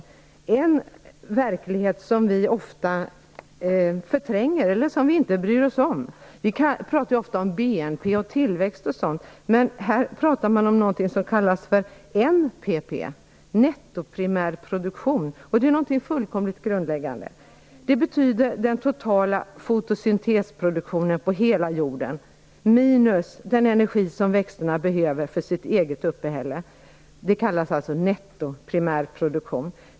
Det gäller en verklighet som vi ofta förtränger eller som vi inte bryr oss om. Vi pratar ofta om BNP, tillväxt och sådant, men här pratar man om någonting som kallas för NPP, nettoprimärproduktion. Det är någonting fullkomligt grundläggande. Det betyder den totala fotosyntesproduktionen på hela jorden, minus den energi som växterna behöver för sitt eget uppehälle. Det kallas alltså nettoprimärproduktion.